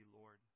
Lord